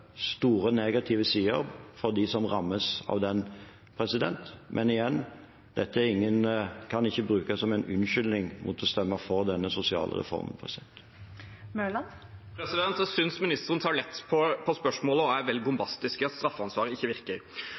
store negative sider for dem som rammes av den. Men igjen, dette kan ikke brukes som en unnskyldning for å stemme mot denne sosiale reformen. Jeg synes statsråden tar lett på spørsmålet og er vel bombastisk i at straffansvar ikke virker.